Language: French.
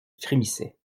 frémissait